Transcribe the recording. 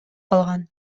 калган